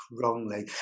wrongly